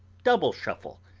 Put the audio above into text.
double shuffle,